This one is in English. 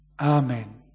Amen